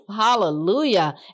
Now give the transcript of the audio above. Hallelujah